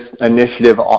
initiative